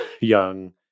young